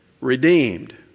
Redeemed